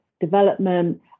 development